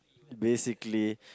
basically